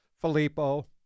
Filippo